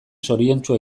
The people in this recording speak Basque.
zoriontsu